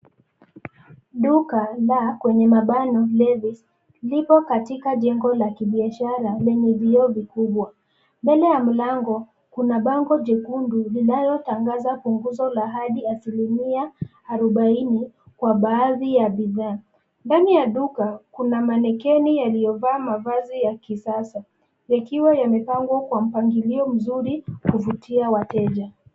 Duka la, kwenye mabano, Levis, lipo katika jengo la kibiashara lenye vioo vikubwa. Mbele ya mlango, kuna bango jekundu linalotangaza punguzo la hadi asilimia arobaini, kwa baadhi ya bidhaa. Ndani ya duka, kuna mannequini yaliyovaa mavazi ya kisasa, yakiwa yamepangwa kwa mpangilio mzuri kuvutia wateja.